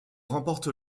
remporte